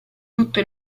tutto